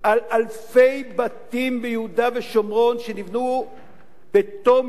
על אלפי בתים ביהודה ושומרון שנבנו בתום